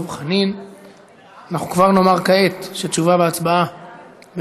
כהצעה לסדר-היום,